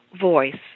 voice